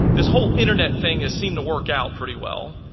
this whole internet thing has seemed to work out pretty well.